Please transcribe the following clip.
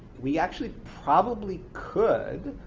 we actually probably could,